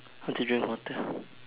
want to drink water